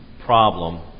problem